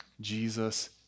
Jesus